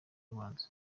ubanza